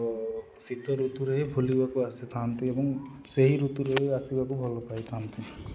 ଶୀତ ଋତୁରେ ହି ବୁଲିବାକୁ ଆସିଥାନ୍ତି ଏବଂ ସେହି ଋତୁରେ ହି ଆସିବାକୁ ଭଲ ପାଇଥାନ୍ତି